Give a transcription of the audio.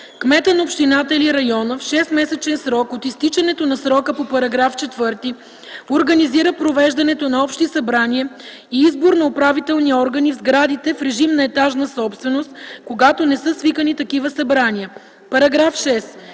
Кметът на общината или района в 6-месечен срок от изтичането на срока по § 4 организира провеждането на общи събрания и избор на управителни органи в сградите в режим на етажна собственост, когато не са свикани такива събрания. § 6.